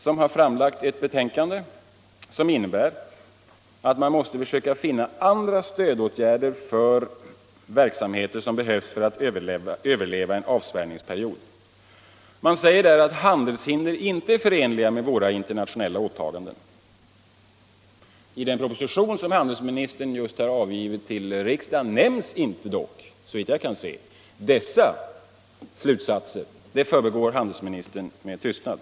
Den har framlagt ett betänkande som innebär att man måste finna andra stödåtgärder för verksamheter som behövs för att överleva en avspärrningsperiod. Man säger att handelshinder inte är förenliga med våra internationella åtaganden. I den proposition som handelsministern just avgivit till riksdagen nämns dock, såvitt jag kan se, inte dessa slutsatser; dem förbigår han "delsministern med tystnad.